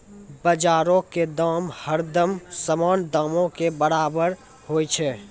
बजारो के दाम हरदम सामान्य दामो के बराबरे होय छै